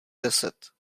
deset